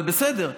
אבל בסדר,